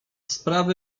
sprawy